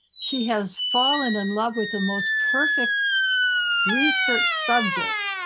she has fallen in love with the most perfect research subject,